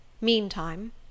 Meantime